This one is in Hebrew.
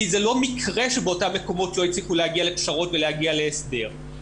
כי זה לא מקרה שבאותם מקומות לא הצליחו להגיע לפשרות ולהגיע להסדר.